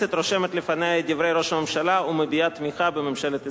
הכנסת רושמת לפניה את דברי ראש הממשלה ומביעה תמיכה בממשלת ישראל.